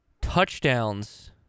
touchdowns